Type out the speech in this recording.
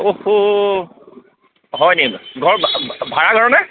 হয় নি ঘৰ ভাড়া ঘৰনে